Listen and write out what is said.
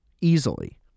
easily